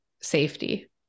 safety